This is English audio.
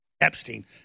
Epstein